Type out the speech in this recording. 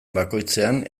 bakoitzean